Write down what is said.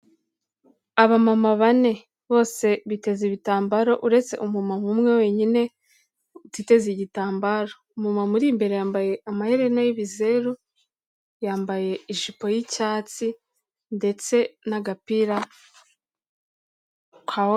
Abamama bane bose biteze ibitambaro uretse umumama umwe wenyine utiteze igitambaro, umumama uri imbere yambaye amaherena y'ibizeru, yambaye ijipo y'icyatsi ndetse n'agapira.